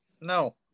No